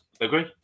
agree